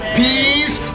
peace